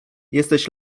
jesteś